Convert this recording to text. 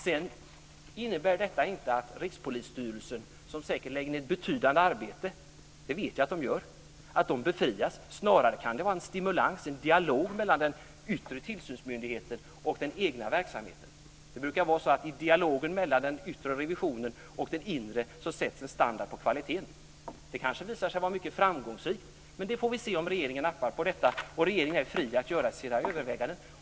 Sedan innebär inte det att Rikspolisstyrelsen, som säkert lägger ned ett betydande arbete, det vet jag att den gör, befrias. Snarare kan det vara en stimulans, en dialog mellan den yttre tillsynsmyndigheten och den egna verksamheten. Det brukar vara så att i dialogen mellan den yttre revisionen och den inre sätts en standard på kvaliteten. Det kanske visar sig vara mycket framgångsrikt. Vi får se om regeringen nappar på detta. Regeringen är fri att göra sina överväganden.